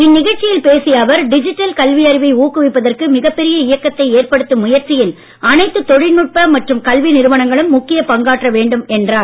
இந்நிகழ்ச்சியில் பேசிய அவர் டிஜிட்டல் கல்வியறிவை ஊக்குவிப்பதற்கு மிகப் பெரிய இயக்கத்தை ஏற்படுத்தும் முயற்சியில் அனைத்து தொழில்நுட்ப மற்றும் கல்வி நிறுவனங்களும் முக்கிய பங்காற்ற வேண்டும் என்றார்